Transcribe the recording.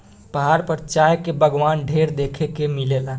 पहाड़ पर चाय के बगावान ढेर देखे के मिलेला